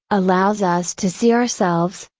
allows us to see ourselves,